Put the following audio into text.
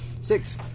Six